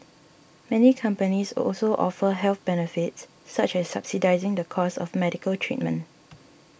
many companies also offer health benefits such as subsidising the cost of medical treatment